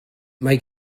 mae